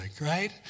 right